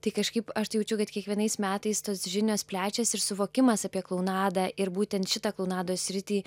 tai kažkaip aš tai jaučiu kad kiekvienais metais tos žinios plečiasi ir suvokimas apie klounadą ir būtent šitą klounados sritį